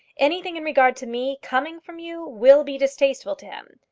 anything in regard to me, coming from you, will be distasteful to him.